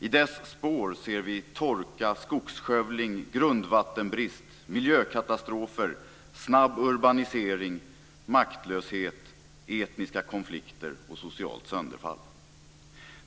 I dess spår ser vi torka, skogsskövling, grundvattenbrist, miljökatastrofer, snabb urbanisering, maktlöshet, etniska konflikter och socialt sönderfall.